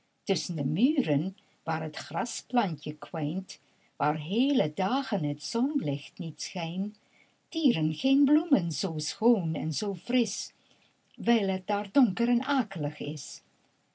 tusschen de muren waar t grasplantje kwijnt waar heele dagen het zonlicht niet schijnt tieren geen bloemen zoo schoon en zoo frisch wijl het daar donker en akelig is